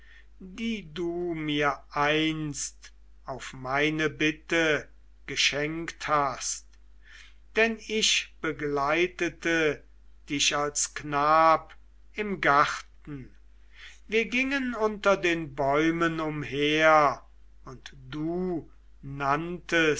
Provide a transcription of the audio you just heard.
die du mir einst auf meine bitte geschenkt hast denn ich begleitete dich als knab im garten wir gingen unter den bäumen umher und du